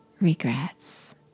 regrets